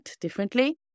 differently